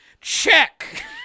check